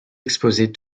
exposées